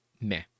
meh